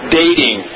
dating